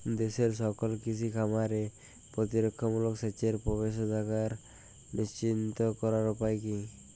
দেশের সকল কৃষি খামারে প্রতিরক্ষামূলক সেচের প্রবেশাধিকার নিশ্চিত করার উপায় কি?